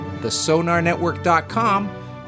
thesonarnetwork.com